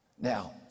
now